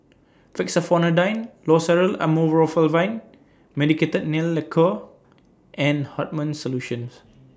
Fexofenadine Loceryl Amorolfine Medicated Nail Lacquer and Hartman's Solution